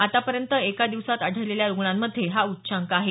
आतापर्यंत एका दिवसात आढळलेल्या रुग्णांमध्ये हा उच्चांक आहे